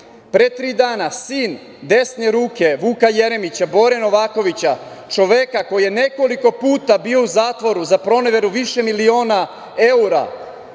Pre tri dana sin desne ruke Vuka Jeremića, Bore Novakovića, čoveka koji je nekoliko puta bio u zatvoru za proneveru više miliona evra,